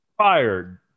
fired